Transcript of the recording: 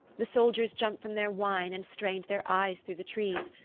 the soldiers jumped from their wine and strained their eyes through the trees,